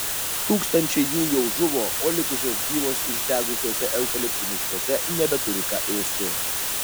tūkstančiai jų jau žuvo o likusios gyvos išdegusiuose eukaliptų miškuose nebeturi ką ėsti